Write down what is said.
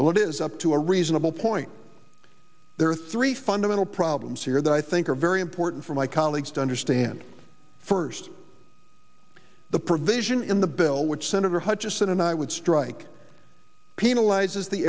well that is up to a reasonable point there are three fundamental problems here that i think are very important for my colleagues to understand first the provision in the bill which senator hutchison and i would strike penalizes the